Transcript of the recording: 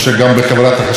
כבוד השר שטייניץ,